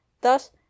Thus